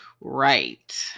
Right